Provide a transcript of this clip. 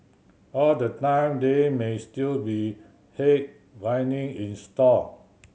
all the time there may still be headwind in store